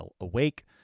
awake